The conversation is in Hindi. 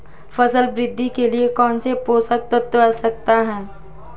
फसल वृद्धि के लिए कौनसे पोषक तत्व आवश्यक हैं?